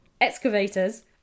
excavators